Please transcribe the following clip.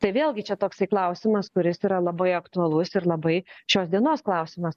tai vėlgi čia toksai klausimas kuris yra labai aktualus ir labai šios dienos klausimas